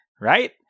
right